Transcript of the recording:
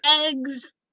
Eggs